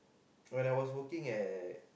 when I was working at